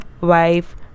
wife